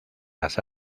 las